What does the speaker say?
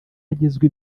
agezwa